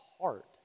heart